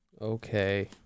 Okay